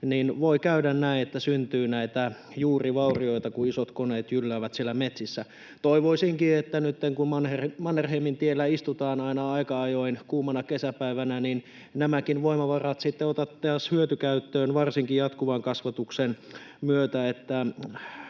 niin voi käydä näin, että syntyy näitä juurivaurioita, kun isot koneet jylläävät siellä metsissä. Toivoisinkin, että nytten, kun Mannerheimintiellä istutaan aina aika ajoin kuumana kesäpäivänä, nämäkin voimavarat sitten otettaisiin hyötykäyttöön varsinkin jatkuvan kasvatuksen myötä,